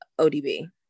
ODB